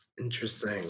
Interesting